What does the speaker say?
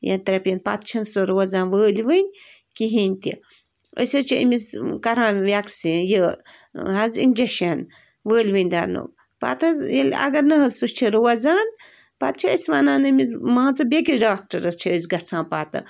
یا ترٛےٚ پِن پَتہٕ چھِنہٕ سۄ روزان وٲلۍوٕنۍ کِہیٖنۍ تہِ أسۍ حظ چھِ أمِس کَران وٮ۪کسیٖن یہِ حظ اِنجَشَن وٲلۍوٕنۍ دَرنُک پَتہٕ حظ ییٚلہِ اَگر نہٕ حظ سُہ چھِ روزان پَتہٕ چھِ أسۍ وَنان أمِس مان ژٕ بیٚیہِ کِس ڈاکٹَرَس چھِ گژھان پَتہٕ